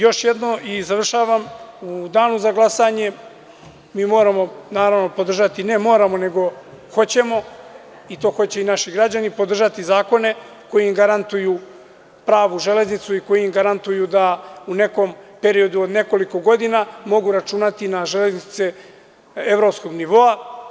Još jedno i završavam, u danu za glasanje, mi naravno moramo podržati, ne moramo nego hoćemo i to hoće i naši građani, podržati zakone koji im garantuju pravu železnicu i koji im garantuju da u nekom periodu od nekoliko godina mogu računati na železnice evropskog nivoa.